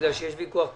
בגלל שיש ויכוח פוליטי.